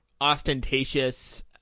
ostentatious